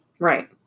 Right